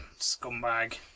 scumbag